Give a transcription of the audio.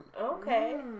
okay